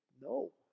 no